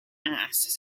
ass